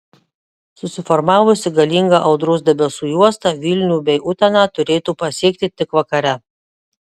susiformavusi galinga audros debesų juosta vilnių bei uteną turėtų pasiekti tik vakare